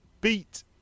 beat